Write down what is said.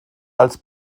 als